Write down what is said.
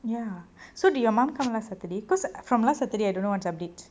ya so did your mom come last saturday because from last saturday I don't know what's update